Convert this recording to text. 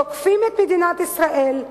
תוקפים את מדינת ישראל,